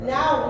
Now